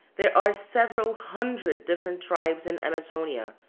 there are several hundred different tribes in amazonia,